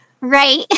Right